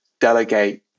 delegate